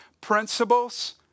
principles